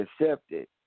accepted